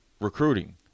Recruiting